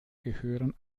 gehören